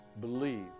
believe